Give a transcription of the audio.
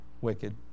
wicked